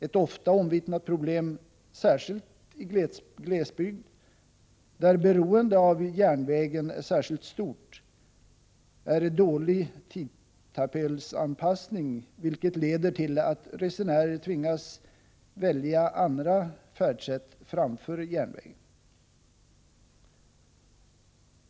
Ett ofta omvittnat problem, särskilt i glesbygd, där beroendet av järnvägen är särskilt stort, är dålig tidtabellsanpassning, vilket leder till att resenärer tvingas välja andra färdsätt framför järnvägen.